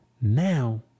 Now